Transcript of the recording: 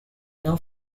know